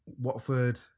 Watford